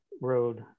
road